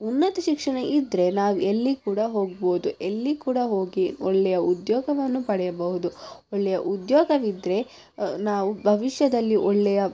ಉನ್ನತ ಶಿಕ್ಷಣ ಇದ್ರೆ ನಾವು ಎಲ್ಲಿ ಕೂಡ ಹೋಗ್ಬೋದು ಎಲ್ಲಿ ಕೂಡ ಹೋಗಿ ಒಳ್ಳೆಯ ಉದ್ಯೋಗವನ್ನು ಪಡೆಯಬಹುದು ಒಳ್ಳೆಯ ಉದ್ಯೋಗವಿದ್ರೆ ನಾವು ಭವಿಷ್ಯದಲ್ಲಿ ಒಳ್ಳೆಯ